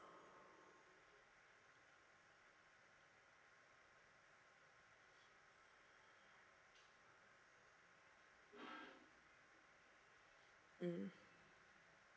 mm